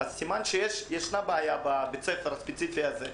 סימן שיש בעיה בבית הספר הספציפי הזה.